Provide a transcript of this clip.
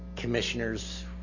commissioners